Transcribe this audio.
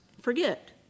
forget